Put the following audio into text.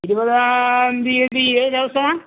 ഇരുപതാം തിയ്യതി ഏത് ദിവസമാ